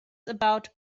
about